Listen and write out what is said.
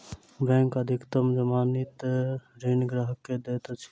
bank अधिकतम जमानती ऋण ग्राहक के दैत अछि